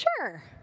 Sure